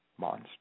monster